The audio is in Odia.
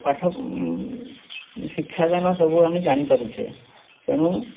ପାଠ ଶିକ୍ଷା ଦାନ ସବୁ ଆମେ ଜାଣିପାରୁଛେ ତେଣୁ